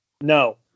No